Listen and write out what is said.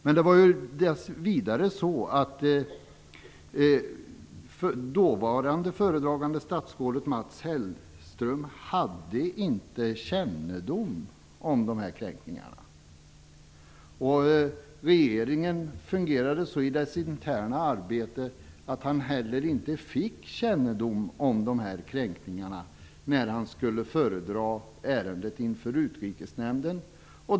Vidare var det så att dåvarande föredragande statsråd, Mats Hellström, inte hade kännedom om dessa kränkningar. Regeringens interna arbete fungerade så att han heller inte fick kännedom om kränkningarna när han skulle föredra ärendet inför Utrikesnämnden.